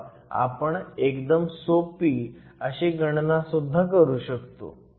किंवा आपण एकदम सोपी अशी गणना सुद्धा करू शकतो